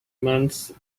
months